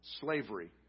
Slavery